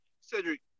Cedric